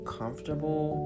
comfortable